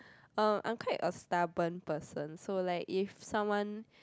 um I'm quite a stubborn person so like if someone